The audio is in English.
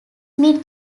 mid